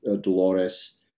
Dolores